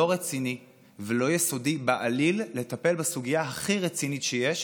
רציני ולא יסודי בעליל לטפל בסוגיה הכי רצינית שיש,